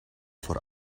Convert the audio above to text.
voor